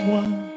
one